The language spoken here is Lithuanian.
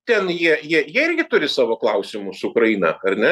ten jie jie jie irgi turi savo klausimus su ukraina ar ne